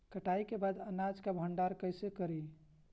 कटाई के बाद अनाज का भंडारण कईसे करीं?